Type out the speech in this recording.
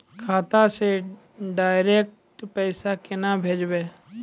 खाता से डायरेक्ट पैसा केना भेजबै?